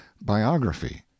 biography